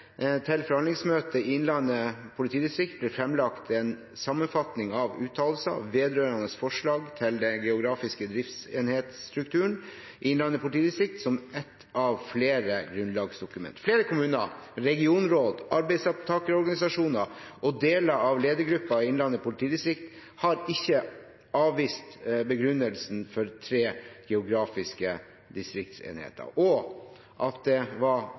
til forhandlingsmøtet i Innlandet politidistrikt ble fremlagt en sammenfatning av uttalelser vedrørende forslag til den geografiske driftsenhetsstrukturen i Innlandet politidistrikt som ett av flere grunnlagsdokumenter. Flere kommuner, regionråd, arbeidstakerorganisasjoner og deler av ledergruppen i Innlandet politidistrikt har ikke avvist begrunnelsen for tre geografiske distriktsenheter og at det var